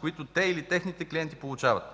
които те или техните клиенти получават.